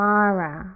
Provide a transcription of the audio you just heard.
Mara